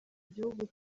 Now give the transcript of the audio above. gihugu